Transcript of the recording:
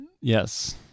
Yes